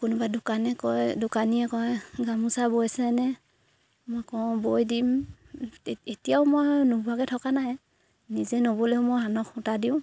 কোনোবা দোকানে কয় দোকানীয়ে কয় গামোচা বৈছেনে মই কওঁ বৈ দিম এতিয়াও মই নোবোৱাকে থকা নাই নিজে নবলেও মই আনক সূতা দিওঁ